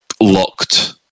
locked